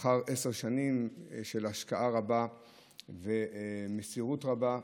לאחר עשר שנים של ההשקעה רבה ומסירות רבה,